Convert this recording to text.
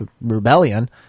rebellion